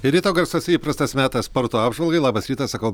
ir ryto garsuose įprastas metas sporto apžvalgai labas rytas sakau